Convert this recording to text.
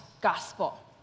gospel